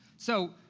so,